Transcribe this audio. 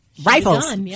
Rifles